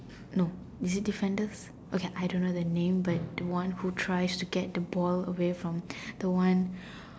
no is it defenders I don't know the name but the who tries to get the ball away from the one